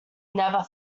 never